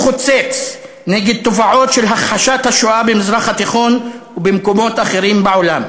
חוצץ נגד תופעות של הכחשת השואה במזרח התיכון ובמקומות אחרים בעולם: